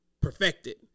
perfected